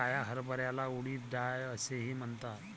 काळ्या हरभऱ्याला उडीद डाळ असेही म्हणतात